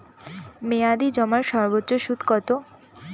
মেয়াদি জমার সর্বোচ্চ সুদ কতো?